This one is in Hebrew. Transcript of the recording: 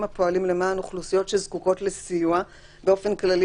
הפועלים למען אוכלוסיות שזקוקות לסיוע באופן כללי,